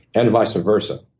and vice versa.